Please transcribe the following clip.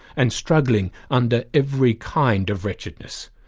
and struggling under every kind of wretchedness!